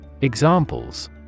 Examples